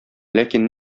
ләкин